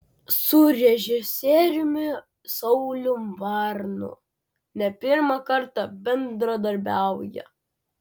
su režisieriumi sauliumi varnu ne pirmą kartą bendradarbiauja